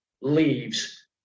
leaves